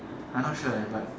I not sure eh but